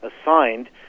assigned